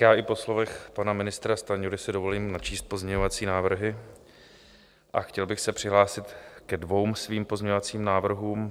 I po slovech pana ministra Stanjury si dovolím načíst pozměňovací návrhy a chtěl bych se přihlásit ke dvěma svým pozměňovacím návrhům.